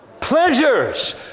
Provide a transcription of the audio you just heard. Pleasures